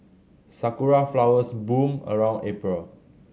sakura flowers bloom around April